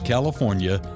California